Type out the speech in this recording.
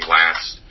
last